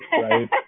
right